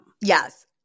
Yes